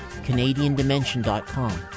canadiandimension.com